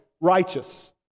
Righteous